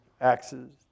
axes